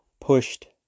pushed